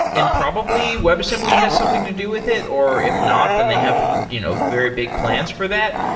and probably web assembly has something to do with it, or if not, then they have you know very big plans for that.